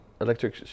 electric